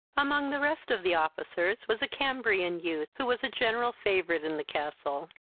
among the rest of the officers was a cambrian youth, who was a general favourite in the castle.